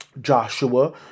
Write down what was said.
joshua